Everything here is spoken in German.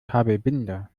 kabelbinder